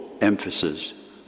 emphasis